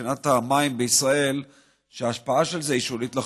מבחינת המים בישראל שההשפעה של זה היא שולית לחלוטין.